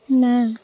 ନା